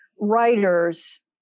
writers